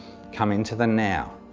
come into the now,